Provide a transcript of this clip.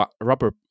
rubber